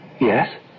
Yes